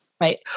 Right